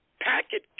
packet